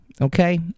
Okay